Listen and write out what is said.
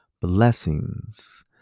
Blessings